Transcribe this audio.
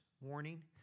warning